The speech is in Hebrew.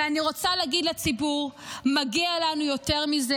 ואני רוצה להגיד לציבור, מגיע לנו יותר מזה.